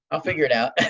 i'll figure it out.